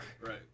Right